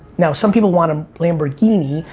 now some people want a lamborghini,